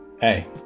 hey